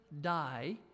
die